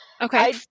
Okay